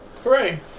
Hooray